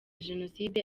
jenoside